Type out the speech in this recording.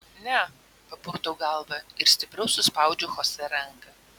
ne papurtau galvą ir stipriau suspaudžiu chosė ranką